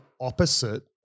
opposite